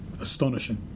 astonishing